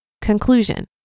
Conclusion